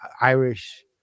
irish